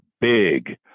big